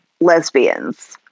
lesbians